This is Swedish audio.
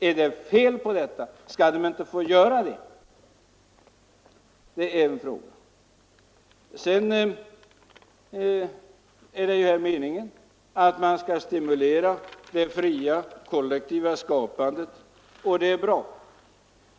Är det något fel — skall man inte få göra det? Det ju nu meningen att det fria kollektiva skapandet skall stimuleras, och det är bra.